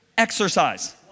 Exercise